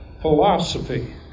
philosophy